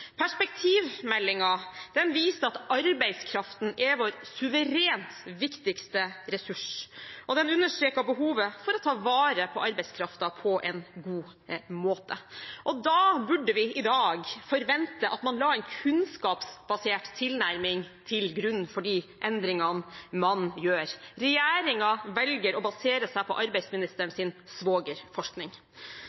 sykdom. Perspektivmeldingen viste at arbeidskraften er vår suverent viktigste ressurs, og den understreket behovet for å ta vare på arbeidskraften på en god måte. Da burde vi i dag forvente at man la en kunnskapsbasert tilnærming til grunn for de endringene man gjør. Regjeringen velger å basere seg på